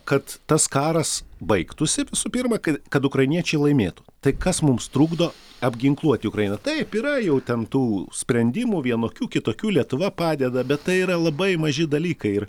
kad tas karas baigtųsi visų pirma ka kad ukrainiečiai laimėtų tai kas mums trukdo apginkluoti ukrainą taip yra jau ten tų sprendimų vienokių kitokių lietuva padeda bet tai yra labai maži dalykai ir